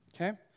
Okay